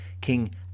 King